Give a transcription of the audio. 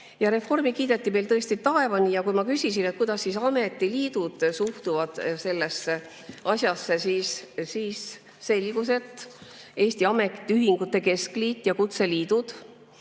Reformi kiideti tõesti taevani. Kui ma küsisin, kuidas ametiliidud suhtuvad sellesse asjasse, siis selgus, et Eesti Ametiühingute Keskliit ja kutseliidud